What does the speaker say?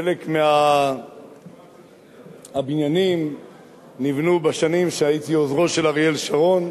חלק מהבניינים נבנו בשנים שהייתי עוזרו של אריאל שרון,